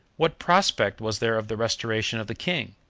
what prospect was there of the restoration of the king,